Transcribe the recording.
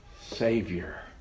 Savior